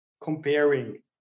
comparing